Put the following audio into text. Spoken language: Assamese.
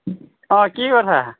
অ' কি কথা